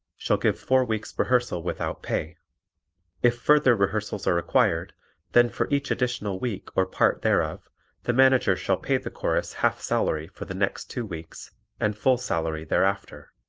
shall give four weeks' rehearsal without pay if further rehearsals are required then for each additional week or part thereof the manager shall pay the chorus half salary for the next two weeks and full salary thereafter.